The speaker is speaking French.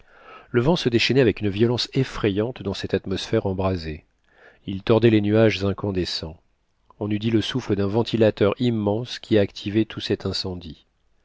le vent se déchaînait avec une violence effrayante dans cette atmosphère embrasée il tordait les nuages incandescents on eut dit le souffle d'un ventilateur immense qui activait tout cet incendie